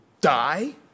die